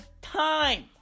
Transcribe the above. time